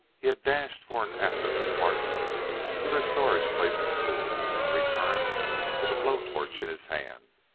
he had dashed for an after-compartment to their storage place of tools, and returned with a blow-torch in his hand.